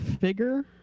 figure